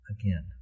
again